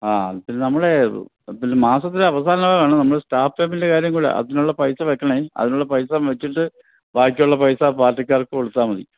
ആ പിന്നെ നമ്മളെ പിന്നെ മാസത്തിലെ അവസാനമാണ് നമ്മൾ സ്റ്റാഫ് പെയ്മെൻറ്റിൻ്റെ കാര്യം കൂടി അതിനുള്ള പൈസ വെക്കണം അതിനുള്ള പൈസ വെച്ചിട്ട് ബാക്കിയുള്ള പൈസ പാർട്ടിക്കാർക്ക് കൊടുത്താൽ മതി